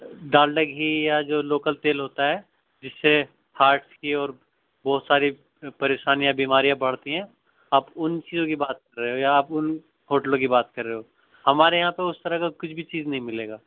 ڈالڈا گھی یا جو لوکل تیل ہوتا ہے جس سے ہارٹ کی اور بہت ساری پریشانیاں بیماریاں بڑھتی ہیں آپ اُن چیزوں کی بات کر رہے ہو یا آپ اُن ہوٹلوں کی بات کر رہے ہو ہمارے یہاں تو اُس طرح کا کچھ بھی چیز نہیں مِلے گا